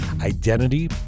identity